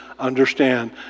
Understand